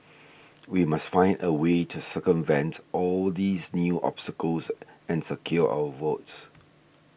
we must find a way to circumvent all these new obstacles and secure our votes